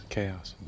Chaos